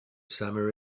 summer